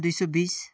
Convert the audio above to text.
दुई सय बिस